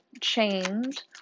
chained